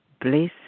bliss